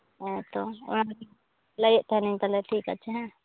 ᱦᱮᱸᱛᱚ ᱚᱱᱟᱜᱮ ᱞᱟᱹᱭᱮᱫ ᱛᱟᱦᱮᱸᱱᱤᱧ ᱛᱟᱦᱞᱮ ᱴᱷᱤᱠ ᱟᱪᱷᱮ ᱦᱮᱸ